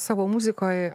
savo muzikoj